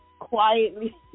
quietly